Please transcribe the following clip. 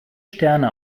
sterne